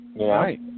Right